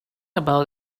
about